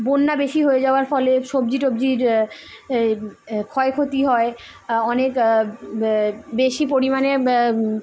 বন্যা বেশি হয়ে যাওয়ার ফলে সবজি টবজির ক্ষয় ক্ষতি হয় অনেক বেশি পরিমাণে